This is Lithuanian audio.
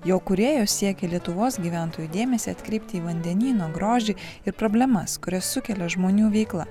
jo kūrėjos siekia lietuvos gyventojų dėmesį atkreipti į vandenyno grožį ir problemas kurias sukelia žmonių veikla